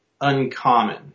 uncommon